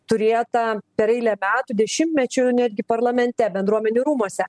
turėtą per eilę metų dešimtmečių netgi parlamente bendruomenių rūmuose